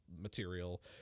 material